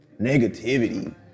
negativity